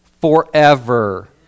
forever